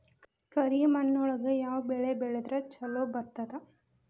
ಕರಿಮಣ್ಣೊಳಗ ಯಾವ ಬೆಳಿ ಬೆಳದ್ರ ಛಲೋ ಬರ್ತದ?